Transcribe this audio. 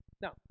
now